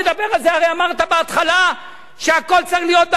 הרי אמרת בהתחלה שהכול צריך להיות בהסכמה.